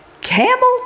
Campbell